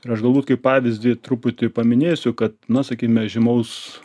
ir aš galbūt kaip pavyzdį truputį paminėsiu kad na sakyme žymaus